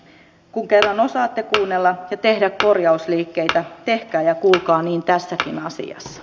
kun kerran osaatte kuunnella ja tehdä korjausliikkeitä tehkää ja kuulkaa niin tässäkin asiassa